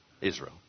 israel